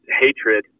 hatred